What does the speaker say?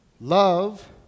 Love